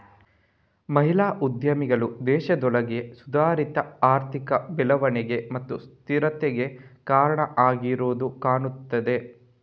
ಮಹಿಳಾ ಉದ್ಯಮಿಗಳು ದೇಶದೊಳಗೆ ಸುಧಾರಿತ ಆರ್ಥಿಕ ಬೆಳವಣಿಗೆ ಮತ್ತು ಸ್ಥಿರತೆಗೆ ಕಾರಣ ಆಗಿರುದು ಕಾಣ್ತಿದೆ